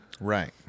Right